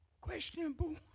questionable